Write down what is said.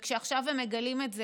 וכשעכשיו הם מגלים את זה,